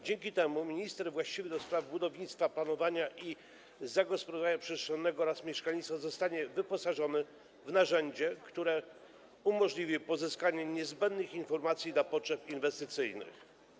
Dzięki temu minister właściwy do spraw budownictwa, planowania i zagospodarowania przestrzennego oraz mieszkalnictwa zostanie wyposażony w narzędzie, które umożliwi pozyskanie niezbędnych informacji dla potrzeb inwestycyjnych.